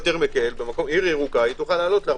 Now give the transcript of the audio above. עיר ירוקה תוכל לעלות.